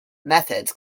methods